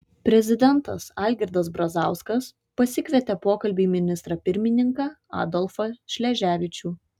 prezidentas algirdas brazauskas pasikvietė pokalbiui ministrą pirmininką adolfą šleževičių